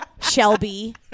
Shelby